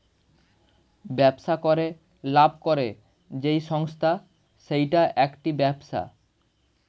ব্যবসা করে লাভ করে যেই সংস্থা সেইটা একটি ব্যবসা